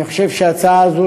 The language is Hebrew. אני חושב שההצעה הזאת,